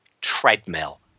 treadmill